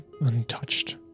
untouched